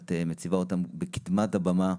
ואת מציבה אותם בקדמת הבמה.